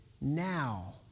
now